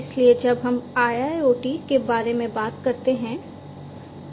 इसलिए जब हम IIoT के बारे में बात करते हैं